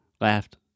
laughed